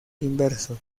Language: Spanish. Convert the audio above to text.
inverso